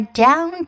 down